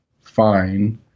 fine